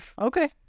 Okay